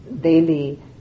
daily